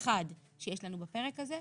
אחד שיש לנו בפרק הזה.